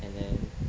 and then